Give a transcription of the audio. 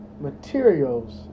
materials